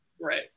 Right